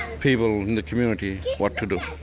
people in the community what to do.